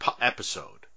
episode